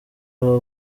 aho